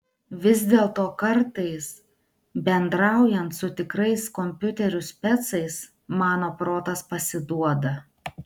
vis dėlto kartais bendraujant su tikrais kompiuterių specais mano protas pasiduoda